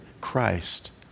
Christ